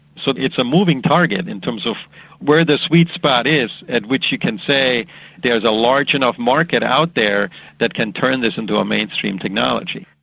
so it's a moving target in terms of where the sweet spot is at which you can say there's a large enough market out there that can turn this into a mainstream technology.